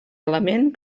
element